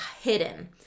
hidden